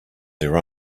their